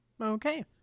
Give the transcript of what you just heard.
Okay